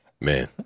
Man